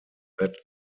that